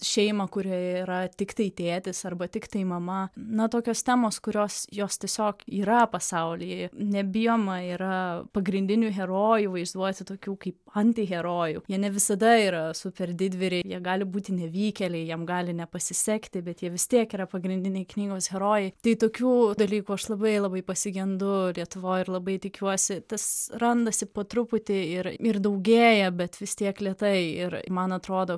šeimą kurioje yra tiktai tėtis arba tiktai mama na tokios temos kurios jos tiesiog yra pasaulyje nebijoma yra pagrindinių herojų vaizduoti tokių kaip antiherojų jie ne visada yra super didvyriai jie gali būti nevykėliai jiem gali nepasisekti bet jie vis tiek yra pagrindiniai knygos herojai tai tokių dalykų aš labai labai pasigendu lietuvoj ir labai tikiuosi tas randasi po truputį ir ir daugėja bet vis tiek lėtai ir man atrodo